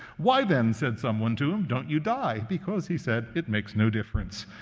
why, then, said someone to him, don't you die? because, he said, it makes no difference.